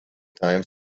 time